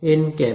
N cap